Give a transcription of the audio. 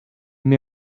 met